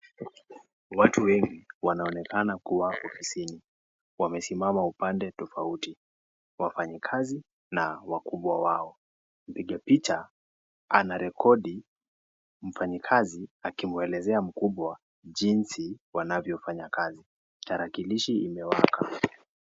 Watu wengi wanaonekana kuwa ofisini wamesimama upande tofauti, wafanyikazi na wakubwa wao, mpiga picha anarekodi mfanyikazi akimuelezea mkubwa jinsi wanavyo fanya kazi, tarakilishi imewaka.